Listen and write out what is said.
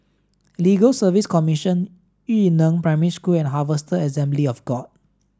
Legal Service Commission Yu Neng Primary School and Harvester Assembly of God